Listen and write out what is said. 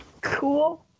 Cool